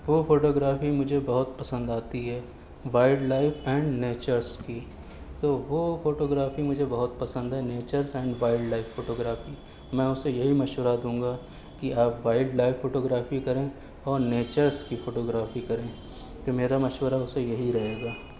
وہ photography مجھے بہت پسند آتی ہے وائلڈ لائف اینڈ نیچرس کی تو وہ فوٹو گرافی مجھے بہت پسند ہے natures and wildlife photography میں اسے یہی مشورہ دوں گا کہ آپ وائلڈ لائف فوٹو گرافی کریں اور نیچرس کی فوٹو گرافی کریں تو میرا مشورہ اسے یہی رہے گا